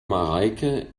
mareike